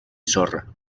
sorra